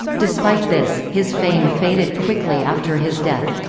despite this, his fame faded quickly after his death.